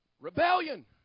Rebellion